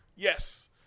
Yes